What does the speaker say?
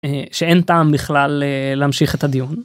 אה... שאין טעם בכלל אה... להמשיך את הדיון.